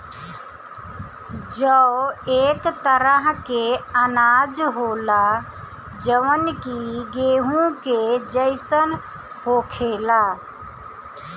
जौ एक तरह के अनाज होला जवन कि गेंहू के जइसन होखेला